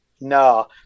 no